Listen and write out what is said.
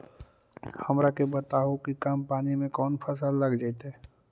हमरा के बताहु कि कम पानी में कौन फसल लग जैतइ?